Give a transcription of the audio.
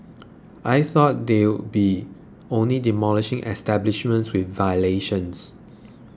I thought they'll be only demolishing establishments with violations